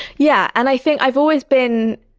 yeah, and i think, i've always been,